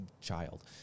child